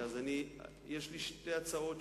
אז יש לי שתי הצעות.